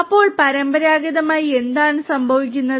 അപ്പോൾ പരമ്പരാഗതമായി എന്താണ് സംഭവിക്കുന്നത്